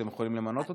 אתם יכולים למנות אותו?